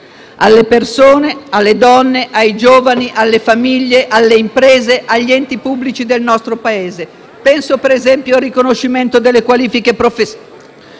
alle persone: donne, giovani, famiglie, imprese e enti pubblici del nostro Paese. Penso ad esempio al riconoscimento delle qualifiche professionali,